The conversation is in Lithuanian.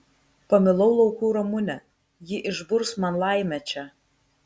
pamilau laukų ramunę ji išburs man laimę čia